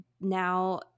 now –